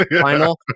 final